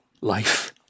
life